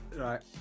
Right